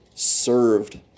served